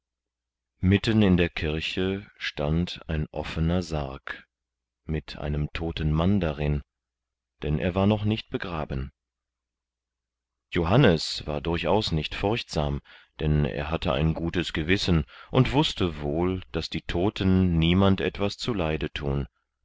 mitten in der kirche stand ein offener sarg mit einem toten mann darin denn er war noch nicht begraben johannes war durchaus nicht furchtsam denn er hatte ein gutes gewissen und wußte wohl daß die toten niemand etwas zu leide thun